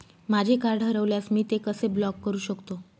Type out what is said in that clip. माझे कार्ड हरवल्यास मी ते कसे ब्लॉक करु शकतो?